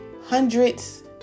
hundreds